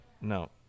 No